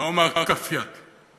לא אומר כף יד,